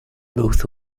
both